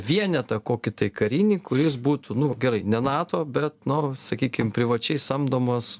vienetą kokį tai karinį kuris būtų nu gerai ne nato bet nu sakykim privačiai samdomas